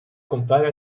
compare